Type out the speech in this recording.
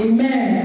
Amen